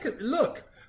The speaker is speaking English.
Look